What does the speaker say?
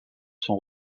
sont